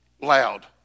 loud